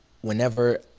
whenever